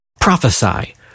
Prophesy